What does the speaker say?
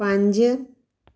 ਪੰਜ